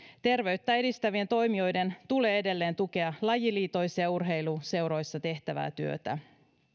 terveyttä edistävien toimijoiden tulee edelleen tukea lajiliitoissa ja urheiluseuroissa tehtävää työtä